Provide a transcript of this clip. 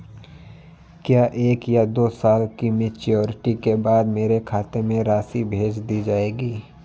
क्या एक या दो साल की मैच्योरिटी के बाद मेरे खाते में राशि भेज दी जाएगी?